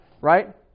right